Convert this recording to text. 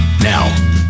Now